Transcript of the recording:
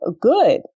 good